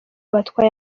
batwaye